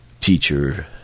teacher